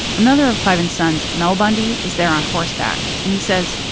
another of cliven's sons, mel bundy, is there on horseback and he says,